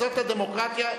זו הדמוקרטיה.